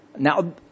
Now